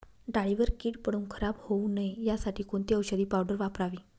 डाळीवर कीड पडून खराब होऊ नये यासाठी कोणती औषधी पावडर वापरावी?